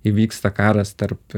įvyksta karas tarp